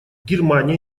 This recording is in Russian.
германия